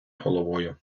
головою